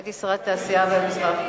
הייתי שרת התעשייה והמסחר.